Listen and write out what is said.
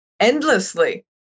endlessly